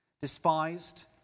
Despised